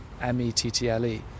M-E-T-T-L-E